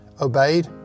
obeyed